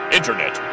Internet